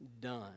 done